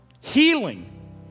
healing